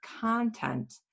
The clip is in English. content